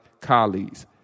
colleagues